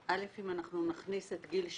א', אם אנחנו נכניס את גיל 16,